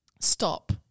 stop